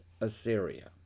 Assyria